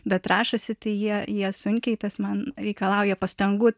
bet rašosi tai jie jie sunkiai tas man reikalauja pastangų